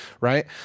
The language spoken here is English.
Right